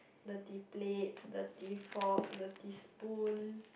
dirty plates dirty fork dirty spoons